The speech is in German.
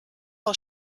aus